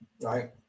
Right